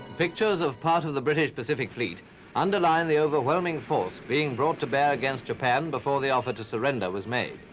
pictures of part of the british pacific fleet underline the overwhelming force being brought to bear against japan before the offer to surrender was made.